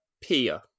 Pia